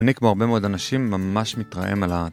אני כמו הרבה מאוד אנשים ממש מתרעם על ההעתקה.